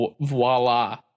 voila